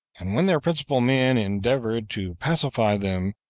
and when their principal men endeavored to pacify them,